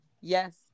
yes